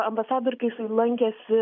ambasadoriu kai jisai lankėsi